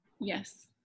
Yes